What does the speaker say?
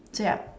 so yup